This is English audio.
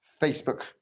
facebook